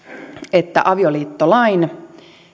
että avioliittolain